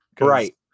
Right